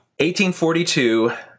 1842